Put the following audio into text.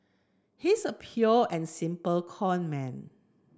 he's a pure and simple conman